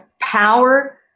power